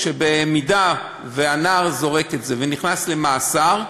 במידה שהנער זורק את זה ונכנס למאסר,